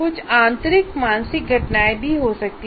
कुछ आंतरिक मानसिक घटनाएं भी हो सकती हैं